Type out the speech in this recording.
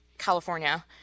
california